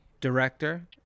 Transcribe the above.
director